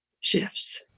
shifts